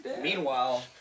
Meanwhile